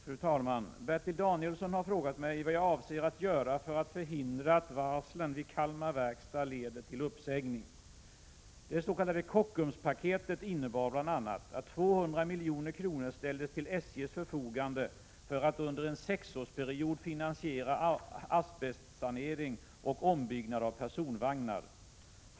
Fru talman! Bertil Danielsson har frågat mig vad jag avser att göra för att förhindra att varslen vid Kalmar Verkstad leder till uppsägning. Det s.k. Kockumspaketet innebar bl.a. att 200 milj.kr. ställdes till SJ:s förfogande för att under en sexårsperiod finansiera asbestsanering och ombyggnad av personvagnar.